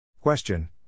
Question